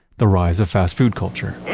the rise of fast food culture